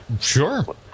Sure